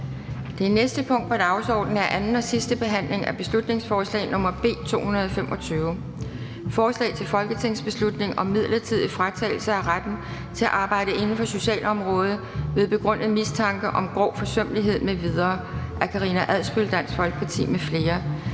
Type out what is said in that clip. Det næste punkt på dagsordenen er: 46) 2. (sidste) behandling af beslutningsforslag nr. B 225: Forslag til folketingsbeslutning om midlertidig fratagelse af retten til at arbejde inden for socialområdet ved begrundet mistanke om grov forsømmelighed m.v. Af Karina Adsbøl (DF) m.fl.